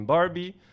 Barbie